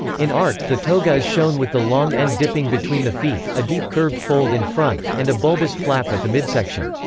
in art, the toga is shown with the long end dipping between the feet, a deep curved fold in front, and a bulbous flap at the midsection.